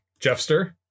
Jeffster